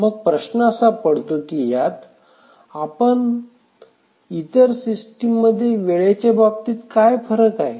मग प्रश्न असा पडतो की ह्यात आणि इतर सिस्टीम मध्ये वेळेच्या बाबतीत काय फरक आहे